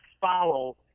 follow